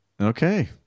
Okay